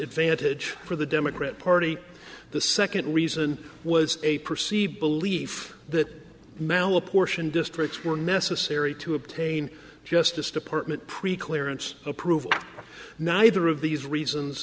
advantage for the democrat party the second reason was a perceived belief that mal apportioned districts were necessary to obtain justice department pre clearance approved neither of these reasons